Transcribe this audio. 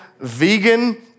vegan